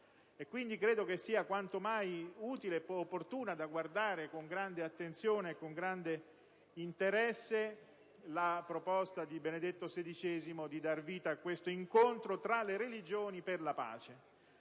Quindi credo sia quanto mai utile ed opportuna, da guardare con grande attenzione e con grande interesse, la proposta di papa Benedetto XVI di dar vita a questo incontro tra le religioni per la pace.